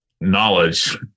knowledge